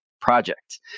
Project